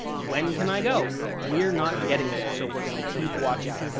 when can i go? we're not getting it, so we're gonna keep watching.